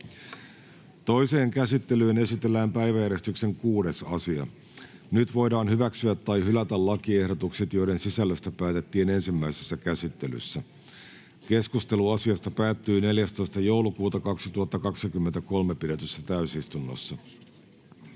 Toiseen käsittelyyn esitellään päiväjärjestyksen 6. asia. Nyt voidaan hyväksyä tai hylätä lakiehdotukset, joiden sisällöstä päätettiin ensimmäisessä käsittelyssä. Keskustelu asiasta päättyi 14.12.2023 pidetyssä täysistunnossa.